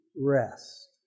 rest